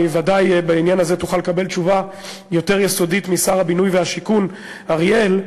ודאי בעניין הזה תוכל לקבל תשובה יותר יסודית משר הבינוי והשיכון אריאל,